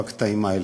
בקטעים האלה.